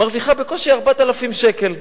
מרוויחה בקושי 4,000 שקל.